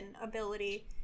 ability